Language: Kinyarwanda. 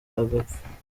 agapfa